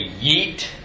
Yeet